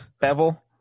Bevel